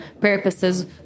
purposes